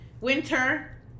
winter